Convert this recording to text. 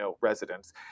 residents